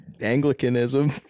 Anglicanism